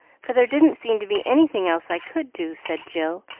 for there didn't seem to be anything else i could do, said jill,